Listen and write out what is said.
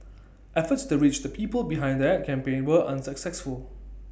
efforts to reach the people behind that campaign were unsuccessful